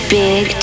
big